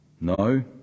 No